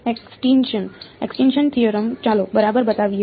extinction theorem ચાલો બરાબર બતાવીએ